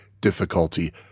difficulty